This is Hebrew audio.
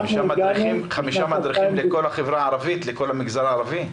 חמישה מדריכים לכל המגזר הערבי?